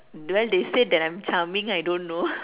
well they said that I'm charming I don't know